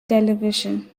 television